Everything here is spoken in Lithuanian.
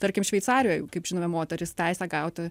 tarkim šveicarijoj kaip žinome moterys teisę gauti